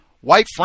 white